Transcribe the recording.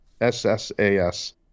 S-S-A-S